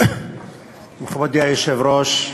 כבוד היושב-ראש,